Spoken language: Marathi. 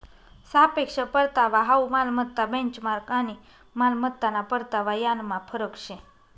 सापेक्ष परतावा हाउ मालमत्ता बेंचमार्क आणि मालमत्ताना परतावा यानमा फरक शे